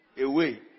away